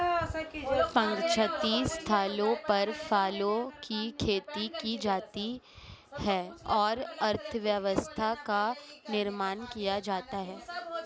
वांछित स्थलों पर फलों की खेती की जाती है और अर्थव्यवस्था का निर्माण किया जाता है